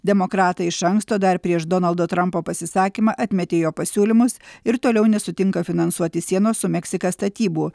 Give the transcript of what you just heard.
demokratai iš anksto dar prieš donaldo trumpo pasisakymą atmetė jo pasiūlymus ir toliau nesutinka finansuoti sienos su meksika statybų